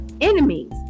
enemies